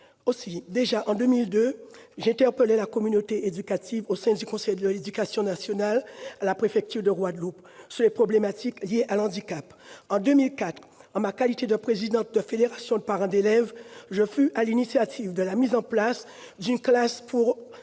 nécessité. En 2002 déjà, interpellai-je la communauté éducative, au sein du conseil de l'éducation nationale de la préfecture de Guadeloupe, sur les problématiques liées au handicap. En 2004, en ma qualité de présidente d'une fédération de parents d'élèves, je fus à l'initiative de la mise en place d'une classe dédiée